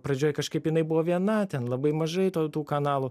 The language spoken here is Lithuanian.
pradžioj kažkaip jinai buvo viena ten labai mažai tau tų kanalų